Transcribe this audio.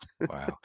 wow